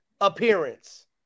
appearance